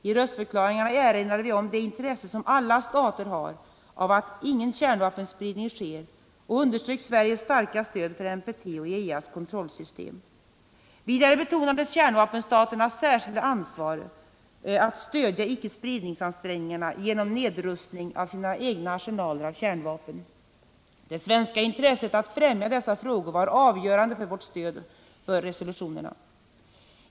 I röstförklaringarna erinrade vi om det intresse som alla stater har av att ingen kärnvapenspridning sker och underströk Sveriges starka stöd för NPT och IAEA:s kontrollsystem. Vidare betonades kärnvapenstaternas särskilda ansvar att stödja icke-spridningsansträngningarna genom nedrustning av sina egna arsenaler av kärnvapen. Det svenska intresset att främja dessa frågor var avgörande för vårt stöd för resolutionerna.